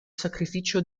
sacrificio